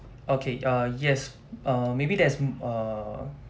okay err yes err maybe there's m~ err